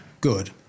good